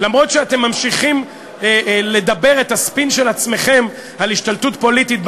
אף שאתם ממשיכים לדבר את הספין של עצמכם על השתלטות פוליטית,